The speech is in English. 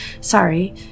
Sorry